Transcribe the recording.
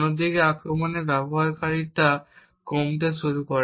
অন্যদিকে আক্রমণের ব্যবহারিকতা কমতে শুরু করে